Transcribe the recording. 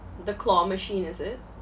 the claw machine is it